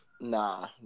Nah